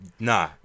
Nah